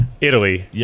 Italy